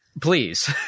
please